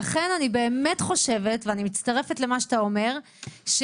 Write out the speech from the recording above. לכן אני מצטרפת למה שאתה אומר ואני באמת חושבת